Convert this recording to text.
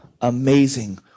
amazing